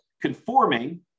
conforming